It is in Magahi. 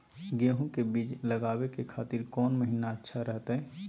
गेहूं के बीज लगावे के खातिर कौन महीना अच्छा रहतय?